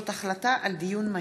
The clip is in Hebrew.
הצעת חוק מרשם האוכלוסין (תיקון,